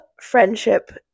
friendship